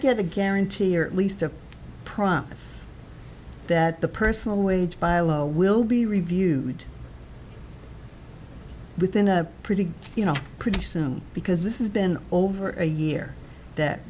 get a guarantee or at least a promise that the personal way and by law will be reviewed within a pretty you know pretty soon because this has been over a year that